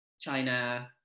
China